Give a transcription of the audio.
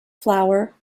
flour